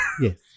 Yes